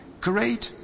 great